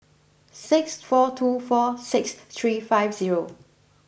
six four two four six three five zero